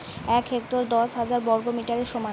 এক হেক্টর দশ হাজার বর্গমিটারের সমান